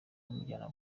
bamujyana